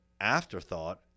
afterthought